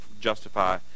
justify